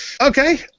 Okay